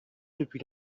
depuis